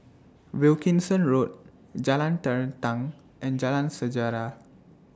Wilkinson Road Jalan Terentang and Jalan Sejarah